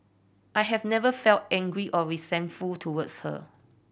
I have never felt angry or resentful towards her